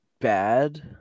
Bad